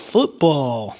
Football